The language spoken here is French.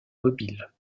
mobiles